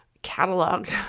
catalog